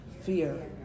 fear